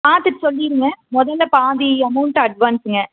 பார்த்துட்டு சொல்லிடுங்க முதல்ல பாதி அமௌண்ட்டு அட்வான்ஸுங்க